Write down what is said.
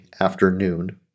afternoon